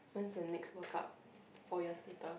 when's the next World Cup for you seater